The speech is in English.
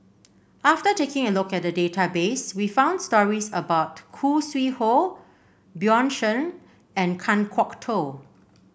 after taking a look at the database we found stories about Khoo Sui Hoe Bjorn Shen and Kan Kwok Toh